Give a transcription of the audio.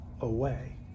away